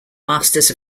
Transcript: masters